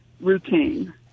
routine